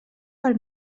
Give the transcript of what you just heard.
per